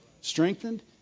Strengthened